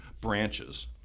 branches